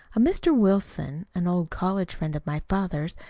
a mr. wilson, an old college friend of my father's,